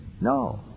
no